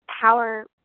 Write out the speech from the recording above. power